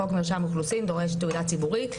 חוק מרשם האוכלוסין דורש תעודה ציבורית,